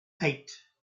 eight